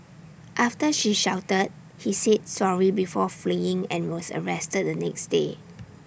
after she shouted he said sorry before fleeing and was arrested the next day